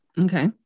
okay